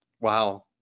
Wow